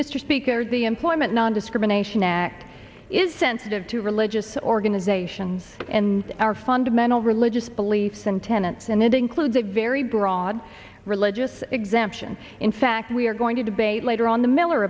mr speaker the employment nondiscrimination act is sensitive to religious organizations and our fundamental religious beliefs and tenets and it includes a very broad religious exemption in fact we are going to debate later on the miller